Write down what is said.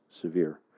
severe